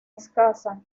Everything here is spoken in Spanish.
escasa